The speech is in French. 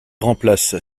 remplace